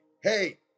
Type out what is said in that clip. Hey